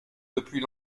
depuis